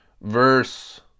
verse